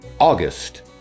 August